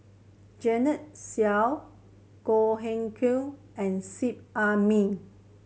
Joanne Soo Goh Hood Keng and Seet Ai Mee